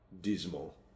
dismal